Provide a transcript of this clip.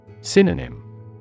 Synonym